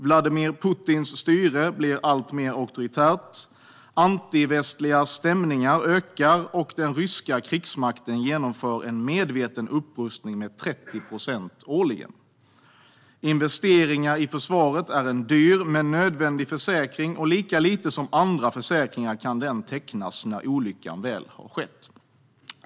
Vladimir Putins styre blir alltmer auktoritärt, antivästliga stämningar sägs öka och den ryska krigsmakten genomför en målmedveten upprustning med 30 procent årligen. Investeringar i försvaret är en dyr men nödvändig försäkring, och lika lite som någon annan försäkring kan denna tecknas när olyckan väl har skett.